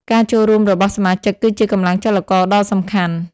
ការចូលរួមរបស់សមាជិកគឺជាកម្លាំងចលករដ៏សំខាន់។